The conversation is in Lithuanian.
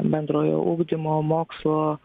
bendrojo ugdymo mokslo